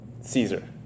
Caesar